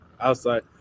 Outside